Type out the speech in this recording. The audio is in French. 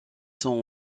sont